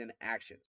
actions